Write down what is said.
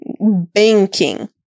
banking